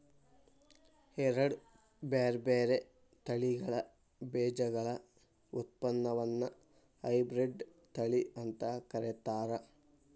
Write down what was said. ಎರಡ್ ಬ್ಯಾರ್ಬ್ಯಾರೇ ತಳಿಗಳ ಬೇಜಗಳ ಉತ್ಪನ್ನವನ್ನ ಹೈಬ್ರಿಡ್ ತಳಿ ಅಂತ ಕರೇತಾರ